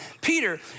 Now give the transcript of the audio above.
Peter